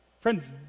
Friends